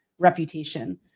Reputation